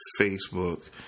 facebook